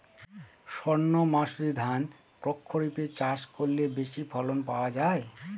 সর্ণমাসুরি ধান প্রক্ষরিপে চাষ করলে বেশি ফলন পাওয়া যায়?